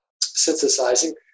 synthesizing